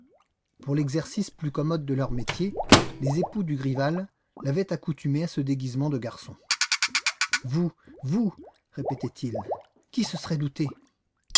pour l'exercice plus commode de leur métier les époux dugrival l'avaient accoutumée à ce déguisement de garçon vous vous répétait-il qui se serait douté